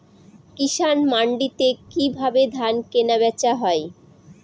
কৃষান মান্ডিতে কি ভাবে ধান কেনাবেচা হয়?